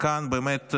וכאן באמת,